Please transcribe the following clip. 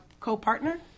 co-partner